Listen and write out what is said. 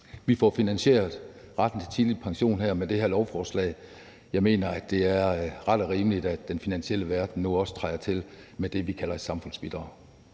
vi får finansieret retten til tidlig pension her med det her lovforslag. Jeg mener, det er ret og rimeligt, at den finansielle verden nu også træder til med det, vi kalder et samfundsbidrag.